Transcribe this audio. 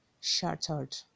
shattered